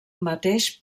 mateix